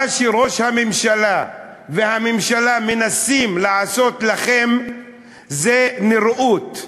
מה שראש הממשלה והממשלה מנסים לעשות לכם זה נראות,